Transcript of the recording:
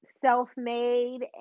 self-made